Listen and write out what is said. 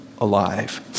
alive